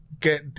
get